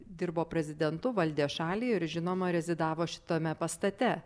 dirbo prezidentu valdė šalį ir žinoma rezidavo šitame pastate